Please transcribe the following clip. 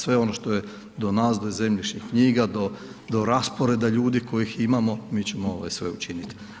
Sve ono što je do nas, do zemljišnih knjiga, do rasporeda ljudi kojih imamo, mi ćemo sve učiniti.